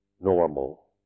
Normal